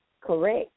correct